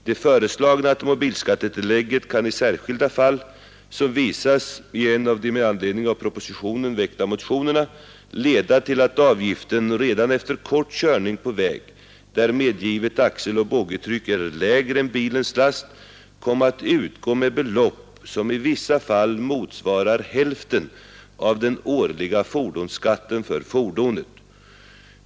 Det föreslagna automobilskattetillägget kan i särskilda fall — som visas i en av de med anledning av propositionen väckta motionerna — leda till att avgiften redan efter kort körning på väg, där medgivet axeloch boggitryck är lägre än bilens last, komma att utgå med belopp som i vissa fall motsvarar hälften av den årliga fordonsskatten för fordonet.